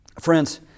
Friends